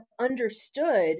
understood